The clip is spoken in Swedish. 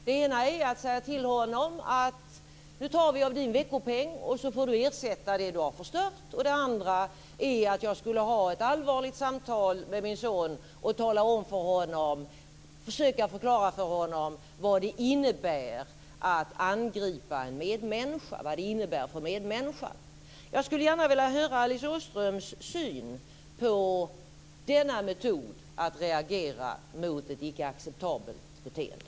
Det ena hade varit att säga till honom att vi skulle ta av hans veckopeng för att ersätta det han hade förstört. Det andra hade varit att jag skulle ha haft ett allvarligt samtal med min son och försökt att förklara för honom vad det innebär att angripa en medmänniska. Jag skulle gärna vilja höra Alice Åströms syn på denna metod att reagera mot ett icke acceptabelt beteende.